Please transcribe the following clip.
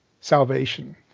salvation